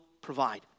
provide